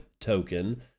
token